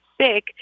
sick